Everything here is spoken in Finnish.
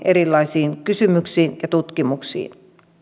erilaisiin kysymyksiin ja tutkimuksiin